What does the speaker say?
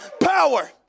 power